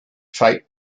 fate